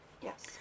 yes